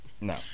No